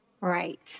Right